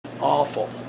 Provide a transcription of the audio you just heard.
awful